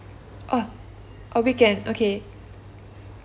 oh oh weekend okay